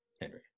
Henry